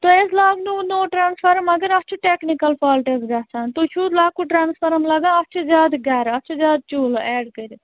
تۄہہِ حظ لاگنووٕ نوٚو ٹرٛانسفارم مگر اَتھ چھُ ٹیکنِکل فالٹہٕ حظ گژھان تُہۍ چھُو لۅکُٹ ٹرٛانسفارَم لَگان اَتھ چھُ زیادٕ گَرٕ اَتھ چھُ زیادٕ چوٗلہٕ ایڈ کٔرِتھ